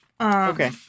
Okay